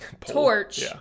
torch